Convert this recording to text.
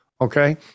Okay